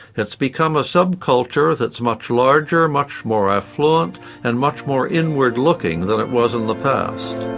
it's become a subculture that's much larger, much more affluent and much more inward looking than it was in the past.